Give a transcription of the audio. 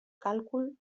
càlcul